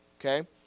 okay